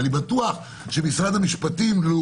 ואני בטוח שמשרד המשפטים יגיד